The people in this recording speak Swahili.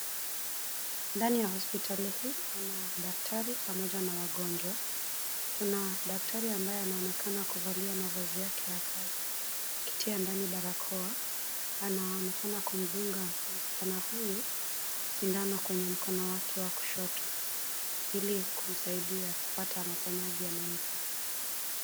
Ndani ya hospitali hii, pana daktari pamoja na wagonjwa. Kuna daktari ambaye anaonekana kuvalia mavazi yake ya kazi, akitia ndani barakoa, anaonekana kumdunga, msichana huyu, sindano kwenye mkono wake wa kushoto, ilikumsaidia kupata maponyaji yanayohitajika.